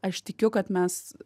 aš tikiu kad mes